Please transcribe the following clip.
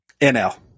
NL